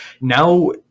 now